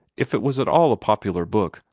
if it was at all a popular book,